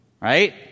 Right